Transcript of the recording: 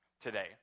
today